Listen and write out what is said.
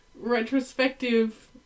Retrospective